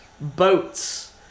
Boats